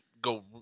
go